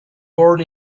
born